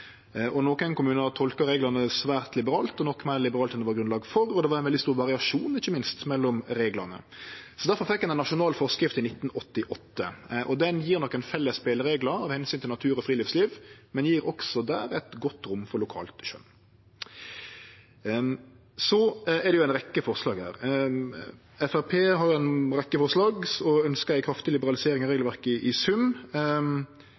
kommunar tolka reglane svært liberalt, nokre av dei meir liberalt enn det var grunnlag for, og det var veldig stor variasjon, ikkje minst, mellom reglane. Difor fekk ein ei nasjonal forskrift i 1988, som gjev nokre felles spelereglar av omsyn til natur og friluftsliv, men også der godt rom for lokalt skjøn. Det er jo ei rekkje forslag her. Framstegspartiet har ei rekkje forslag og ønskjer ei kraftig liberalisering